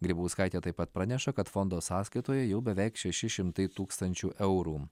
grybauskaitė taip pat praneša kad fondo sąskaitoje jau beveik šeši šimtai tūkstančių eurų